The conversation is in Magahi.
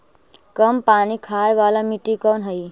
कम पानी खाय वाला मिट्टी कौन हइ?